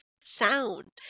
sound